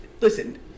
listen